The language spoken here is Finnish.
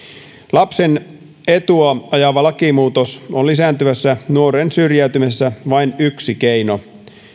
lapsen etua ajava lakimuutos on lisääntyvässä nuorten syrjäytymisessä vain yksi keino